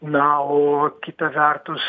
na o kitą vertus